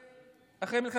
אחרי מלחמת ששת הימים.